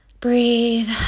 breathe